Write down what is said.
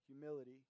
humility